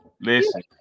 listen